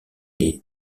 les